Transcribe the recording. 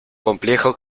complejo